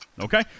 Okay